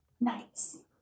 Nice